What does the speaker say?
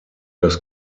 das